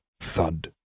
thud